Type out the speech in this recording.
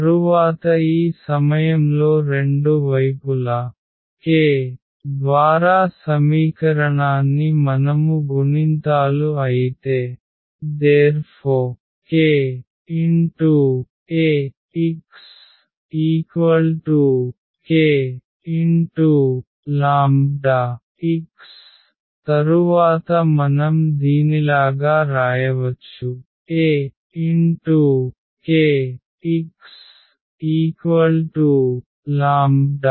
తరువాత ఈ సమయంలో రెండు వైపులా k ద్వారా సమీకరణాన్ని మనము గుణింతాలు అయితే ⇒kAxkλx తరువాత మనం దీనిలాగా రాయవచ్చు Akx λ